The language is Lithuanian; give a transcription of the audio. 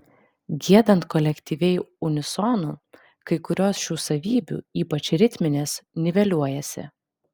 giedant kolektyviai unisonu kai kurios šių savybių ypač ritminės niveliuojasi